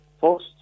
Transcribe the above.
first